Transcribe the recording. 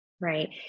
right